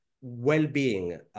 well-being